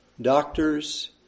doctors